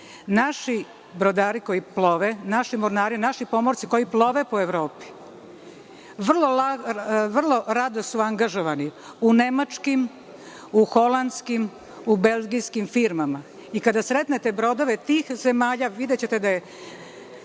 Naši brodari koji plove, mornari, naši pomorci koji plove po Evropi vrlo rado su angažovani u nemačkim, holandskim u belgijskim firmama. Kada sretnete brodove tih zemalja videćete da je